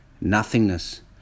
nothingness